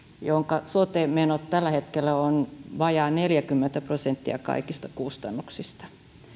jonka sote menot tällä hetkellä ovat vajaa neljäkymmentä prosenttia kaikista kustannuksista